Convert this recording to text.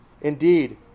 Indeed